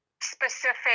specific